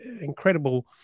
incredible